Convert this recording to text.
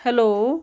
hello